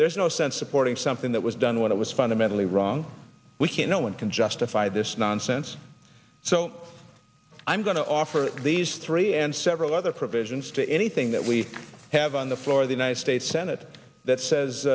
there's no sense supporting something that was done when it was fundamentally wrong we can no one can justify this nonsense so i'm going to offer these three and several other provisions to anything that we have on the floor of the united states senate that says